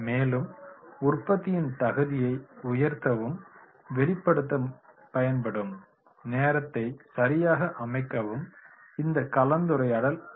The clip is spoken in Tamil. மேலும் உற்பத்தியின் தகுதியை உயர்த்தவும் வெளிப்படுத்த பயன்படும் நேரத்தை சரியாக அமைக்கவும் இந்த கலந்துரையாடல் உதவும்